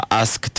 ask